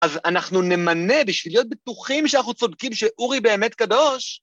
‫אז אנחנו נמנה בשביל להיות בטוחים ‫שאנחנו צודקים שאורי באמת קדוש?